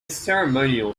ceremonial